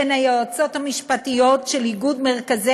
שהן היועצות המשפטיות של איגוד מרכזי